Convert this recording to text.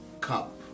cup